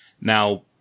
Now